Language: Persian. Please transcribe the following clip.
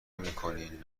میکنین